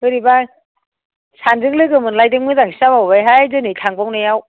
बोरैबा सानैजों लोगो मोनलायदों मोजांसो जाबावबायहाय दिनै थांबावनायाव